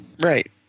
Right